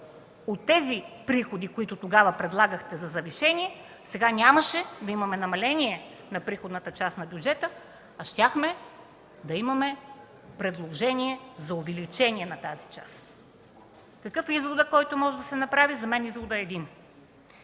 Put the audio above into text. от тези приходи, които тогава предлагахте за завишение, сега нямаше да имаме намаление на приходната част на бюджета, а щяхме да имаме предложение за увеличение на тази част. Какъв е изводът, който може да се направи? За мен изводът е